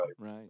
right